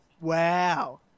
Wow